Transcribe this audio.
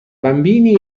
bambini